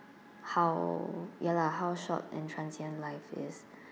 how ya lah how short and transient life is